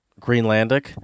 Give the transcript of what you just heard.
Greenlandic